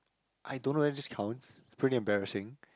I don't know if this counts it's pretty embarrassing